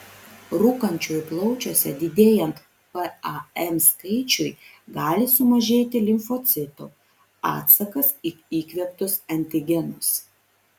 rūkančiųjų plaučiuose didėjant pam skaičiui gali sumažėti limfocitų atsakas į įkvėptus antigenus